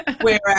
Whereas